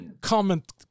Comment